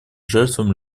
жертвам